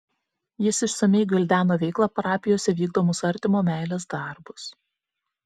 jis išsamiai gvildeno veiklą parapijose vykdomus artimo meilės darbus